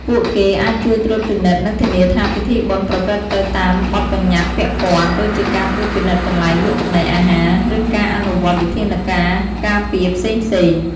ពួកគេអាចជួយត្រួតពិនិត្យ និងធានាថាពិធីបុណ្យប្រព្រឹត្តទៅតាមបទប្បញ្ញត្តិពាក់ព័ន្ធ ដូចជាការត្រួតពិនិត្យកន្លែងលក់ចំណីអាហារ ឬការអនុវត្តវិធានការការពារផ្សេងៗ។